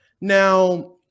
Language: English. Now